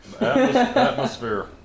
Atmosphere